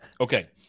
Okay